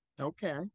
Okay